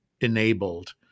enabled